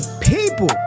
people